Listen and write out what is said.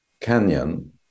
Canyon